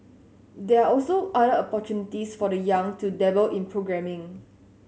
there are also other opportunities for the young to dabble in programming